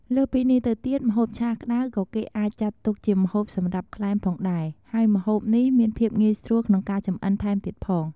លើសពីនេះទៅទៀតម្ហូបឆាក្តៅក៏គេអាចចាត់ទុកជាម្ហូបសម្រាប់ក្លែមផងដែរ ហើយម្ហូបនេះមានភាពងាយស្រួលក្នុងការចម្អិនថែមទៀតផង។